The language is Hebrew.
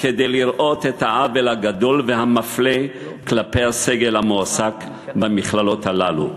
כדי לראות את העוול הגדול והמפלה כלפי הסגל המועסק במכללות הללו.